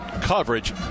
coverage